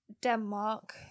Denmark